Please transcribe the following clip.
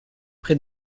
près